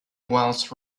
whilst